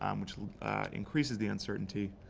um which increases the uncertainty.